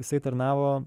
jisai tarnavo